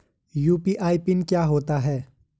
UPI PIN क्या होता है?